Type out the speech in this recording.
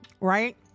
Right